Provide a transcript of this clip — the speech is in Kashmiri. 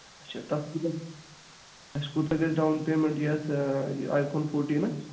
اچھا تَتھ کوٗتاہ اَسہِ کوٗتاہ گژھِ ڈاوُن پیمٮ۪نٛٹ یَتھ آی فون فوٹیٖنَس